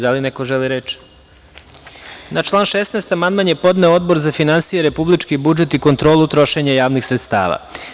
Da li neko želi reč? (Ne) Na član 16. amandman je Odbor za finansije, republički budžet i kontrolu trošenja javnih sredstava.